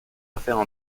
affaires